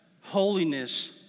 holiness